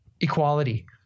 equality